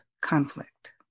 conflict